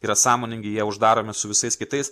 yra sąmoningi jie uždaromi su visais kitais